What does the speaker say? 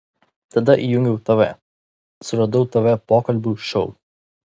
tada įjungiau tv suradau tv pokalbių šou